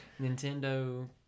Nintendo